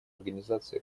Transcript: организации